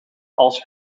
als